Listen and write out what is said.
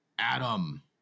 Adam